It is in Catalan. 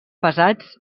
pesats